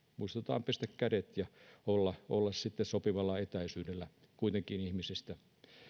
muistetaan pestä kädet ja olla sitten sopivalla etäisyydellä kuitenkin ihmisistä